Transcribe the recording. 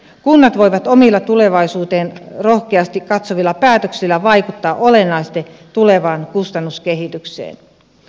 kunnat voivat omilla tulevaisuuteen rohkeasti katsovilla päätöksillä vaikuttaa olennaisesti tulevaan kustannuskehitykseen